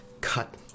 cut